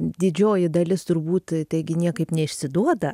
didžioji dalis turbūt taigi niekaip neišsiduoda